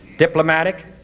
diplomatic